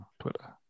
Twitter